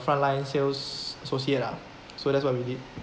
front line sales associate lah so that's why we need